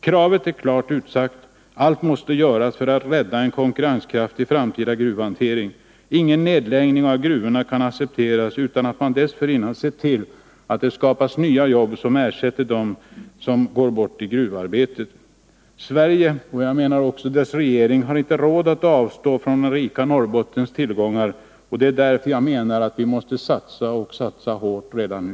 Kravet är klart utsagt: Allt måste göras för att rädda en konkurrenskraftig framtida gruvhantering. Ingen nedläggning av gruvorna kan accepteras utan att man dessförinnan har sett till att det skapas nya jobb som ersätter dem som går bort i gruvarbetet. Sverige och dess regering har inte råd att avstå från det rika Norrbottens tillgångar, och det är därför vi måste satsa och satsa hårt redan nu.